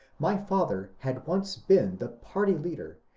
my father had once been the party leader,